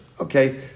Okay